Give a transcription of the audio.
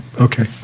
okay